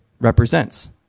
represents